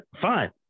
fine